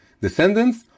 descendants